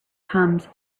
comes